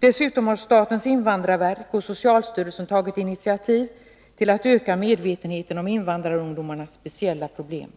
Dessutom har statens invandrarverk och socialstyrelsen tagit initiativ till att öka medvetenheten om invandrarungdomarnas speciella problem.